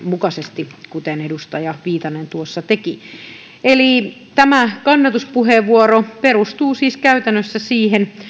mukaisesti kuten edustaja viitanen tuossa teki tämä kannatuspuheenvuoro perustuu siis käytännössä siihen